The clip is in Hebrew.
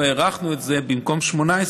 והארכנו את זה: במקום 18,